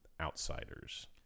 Outsiders